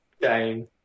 game